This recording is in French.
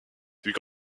fut